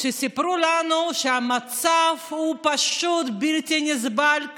שסיפרו לנו שהמצב הוא פשוט בלתי נסבל,